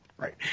Right